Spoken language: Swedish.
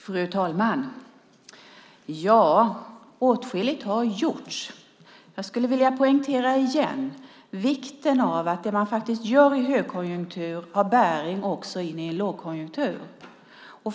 Fru talman! Åtskilligt har gjorts. Jag skulle vilja poängtera att vikten av det man faktiskt gör i högkonjunktur också har bäring in i en lågkonjunktur.